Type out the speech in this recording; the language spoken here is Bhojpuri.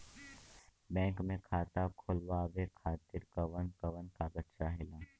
बैंक मे खाता खोलवावे खातिर कवन कवन कागज चाहेला?